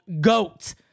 GOAT